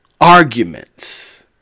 arguments